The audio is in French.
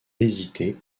hésiter